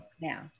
Now